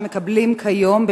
שמקבלים כיום,